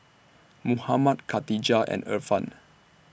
Muhammad Khatijah and Irfan